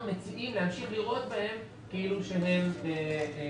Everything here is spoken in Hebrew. אנחנו מציעים להמשיך לראות בהם כאילו הם בעלי